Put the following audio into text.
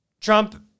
Trump